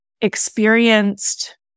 experienced